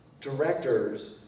directors